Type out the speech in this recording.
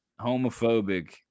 homophobic